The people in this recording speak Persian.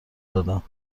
دادم